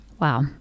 Wow